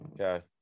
okay